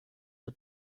for